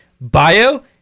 Bio